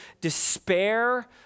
despair